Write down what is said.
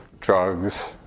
drugs